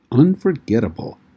Unforgettable